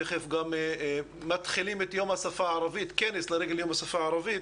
תכף מתחילים שם כנס לרגל יום השפה הערבית.